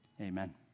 amen